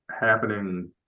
happening